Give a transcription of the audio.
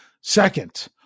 Second